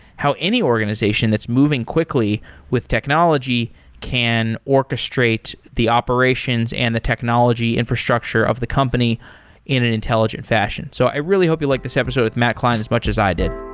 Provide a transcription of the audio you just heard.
how any organization that's moving quickly with technology can orchestrate the operations and the technology infrastructure of the company in an intelligent fashion. so i really hope you like this episode with matt klein as much as i did.